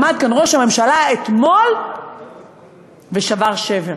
עמד כאן ראש הממשלה אתמול ושבר שבר.